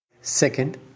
Second